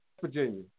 Virginia